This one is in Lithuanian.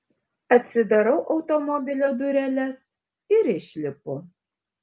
atsidarau automobilio dureles ir išlipu